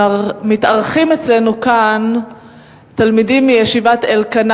מתארחים אצלנו כאן תלמידים מישיבת אלקנה.